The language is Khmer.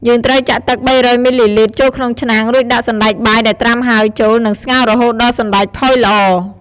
យើងត្រូវចាក់ទឹក ៣០០ មីលីលីត្រ ចូលក្នុងឆ្នាំង រួចដាក់សណ្ដែកបាយដែលត្រាំហើយចូល និងស្ងោររហូតដល់សណ្ដែកផុយល្អ។